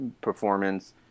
performance